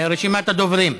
רשימת הדוברים: